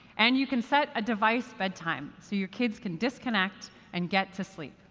and you can set a device bedtime so your kids can disconnect and get to sleep.